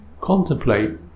contemplate